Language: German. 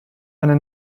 eine